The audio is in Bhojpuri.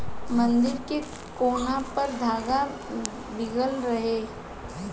मंदिर के कोना पर धागा बीगल रहे